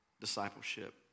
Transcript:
discipleship